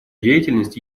деятельность